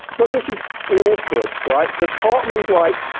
but this is awkward, right? because cartman's like,